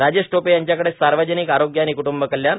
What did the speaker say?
राजेश टोपे यांच्याकडे सार्वजनिक आरोग्य आणि क्टुंब कल्याण